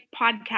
podcast